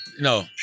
No